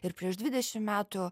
ir prieš dvidešim metų